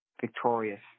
victorious